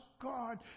God